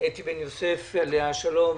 אתי בן יוסף, עליה השלום.